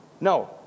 No